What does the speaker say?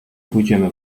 pójdziemy